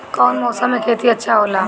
कौन मौसम मे खेती अच्छा होला?